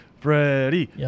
Freddie